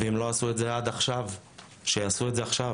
ואם לא עשו את זה עד עכשיו, שיעשו את זה עכשיו.